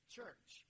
Church